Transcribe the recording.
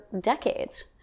decades